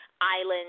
island